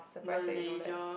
Malaysia